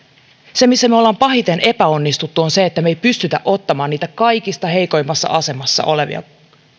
se missä me olemme pahiten epäonnistuneet on se että me emme pysty ottamaan niitä kaikista heikoimmassa asemassa olevia